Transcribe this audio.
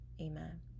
amen